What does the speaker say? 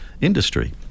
industry